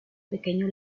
pequeño